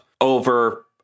over